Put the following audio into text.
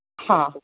हा